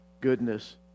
goodness